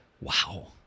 Wow